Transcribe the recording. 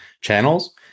channels